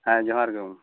ᱦᱮᱸ ᱡᱚᱦᱟᱨ ᱜᱮ ᱜᱚᱢᱠᱮ